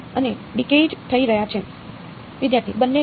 બંને ડિકેયીઙ્ગ થઈ રહ્યા છે વિદ્યાર્થી બંને છે